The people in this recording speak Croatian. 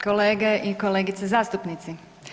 Kolege i kolegice zastupnici.